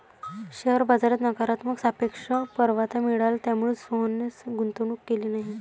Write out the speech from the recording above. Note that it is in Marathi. शेअर बाजारात नकारात्मक सापेक्ष परतावा मिळाला, त्यामुळेच सोहनने गुंतवणूक केली नाही